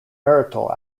marital